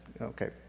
Okay